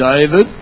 David